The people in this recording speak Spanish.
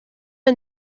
los